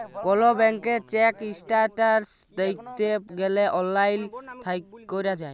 call ব্যাংকের check status দ্যাইখতে গ্যালে অললাইল ক্যরা যায়